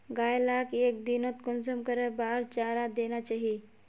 गाय लाक एक दिनोत कुंसम करे बार चारा देना चही?